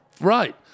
Right